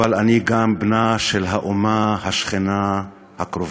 אבל אני גם בנה של האומה השכנה הקרובה.